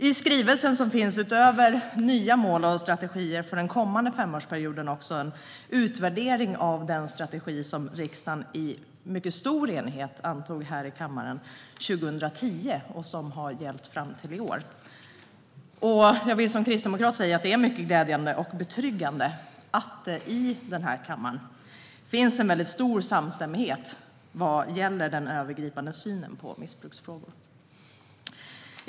I skrivelsen finns utöver nya mål och strategier för den kommande femårsperioden också en utvärdering av den strategi som riksdagen i mycket stor enighet antog 2010 och som har gällt fram till i år. Jag vill som kristdemokrat säga att det är mycket glädjande och betryggande att det i denna kammare finns en väldigt stor samstämmighet vad gäller den övergripande synen på missbruksfrågorna.